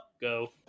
go